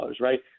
right